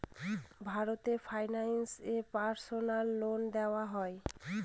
Bharat finance এ personal loan দেওয়া হয়?